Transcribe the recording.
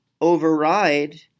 override